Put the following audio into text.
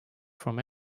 from